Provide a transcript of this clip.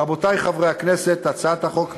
רבותי חברי הכנסת, הצעת החוק מאזנת,